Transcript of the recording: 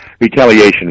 retaliation